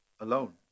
alone